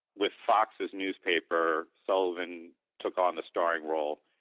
with foxx's newspaper, sullivan took on the starring role.